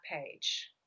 page